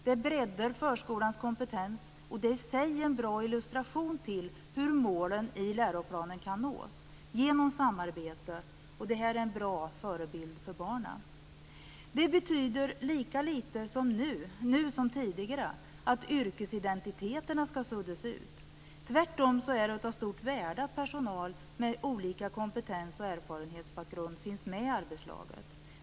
Det breddar förskolans kompetens, och det är i sig en bra illustration till hur målen i läroplanen kan nås genom samarbete. Det är också en bra förebild för barnen. Det betyder lika litet nu som tidigare att yrkesidentiteterna skall suddas ut. Tvärtom är det av stort värde att personal med olika kompetens och erfarenhetsbakgrund finns med i arbetslaget.